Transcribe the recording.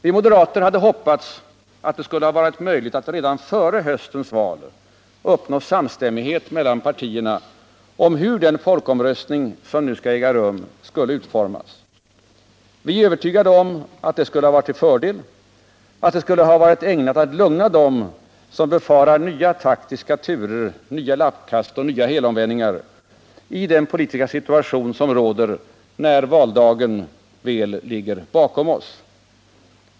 Vi moderater hade hoppats att det skulle ha varit möjligt att redan före höstens val uppnå samstämmighet mellan partierna om hur den folkomröstning som nu kommer att äga rum skulle utformas. Vi är övertygade om att detta hade varit till fördel för att lugna dem som anar nya taktiska turer, nya lappkast och nya helomvändningar i den politiska situation som kommer att råda när valdagen väl ligger bakom oss.